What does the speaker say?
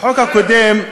החוק הקודם,